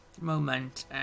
moment